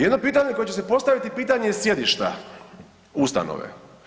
Jedno pitanje koje će se postaviti, pitanje je sjedišta ustanove.